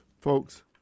folks